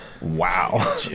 Wow